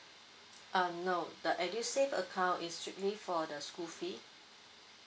uh no the edusave account is strictly for the school fee